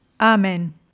Amen